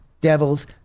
devils